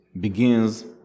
begins